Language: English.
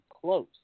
close